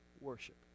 worship